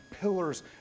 pillars